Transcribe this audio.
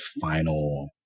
final